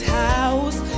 house